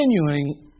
continuing